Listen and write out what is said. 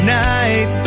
night